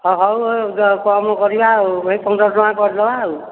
ହଁ ହଉ କମ୍ କରିବା ଆଉ ହେଇ ପନ୍ଦର ଟଙ୍କା କରି ଦେବା ଆଉ